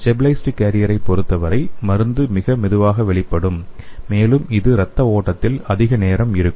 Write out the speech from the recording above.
stabilised கேரியரை பொறுத்தவரை மருந்து மிக மெதுவாக வெளியிடப்படும் மேலும் இது இரத்த ஓட்டத்தில் அதிக நேரம் இருக்கும்